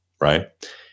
right